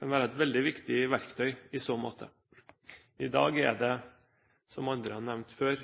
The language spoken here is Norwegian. kan være et veldig viktig verktøy i så måte. I dag er det, som andre har nevnt før,